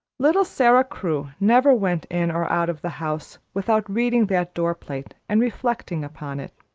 little sara crewe never went in or out of the house without reading that door-plate and reflecting upon it.